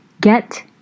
Get